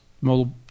mobile